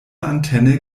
antenne